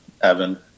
Evan